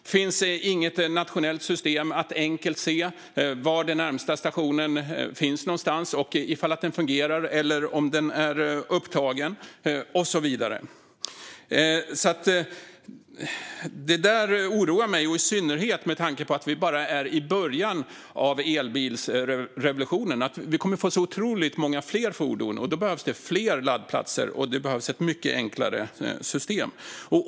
Det finns inget nationellt system för att enkelt se var den närmaste stationen finns, om den fungerar eller om den är upptagen och så vidare. Detta oroar mig, i synnerhet med tanke på att vi bara är i början av elbilsrevolutionen. Vi kommer att få otroligt många fler elfordon. Då behövs det fler laddplatser och ett mycket enklare system.